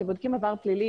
כשבודקים עבר פלילי,